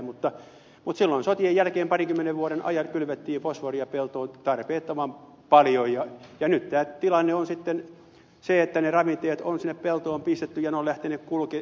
mutta silloin sotien jälkeen parinkymmenen vuoden ajan kylvettiin fosforia peltoon tarpeettoman paljon ja nyt tämä tilanne on sitten se että ne ravinteet on sinne peltoon pistetty ja ne ovat lähteneet kulkeutumaan